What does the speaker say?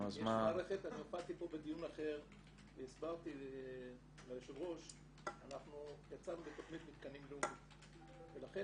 אנחנו יצאנו בתוכנים מתקנים לאומית ולכן